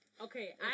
Okay